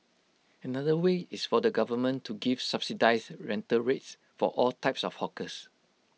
another way is for the government to give subsidised rental rates for all types of hawkers